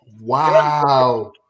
Wow